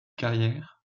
carrière